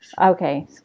Okay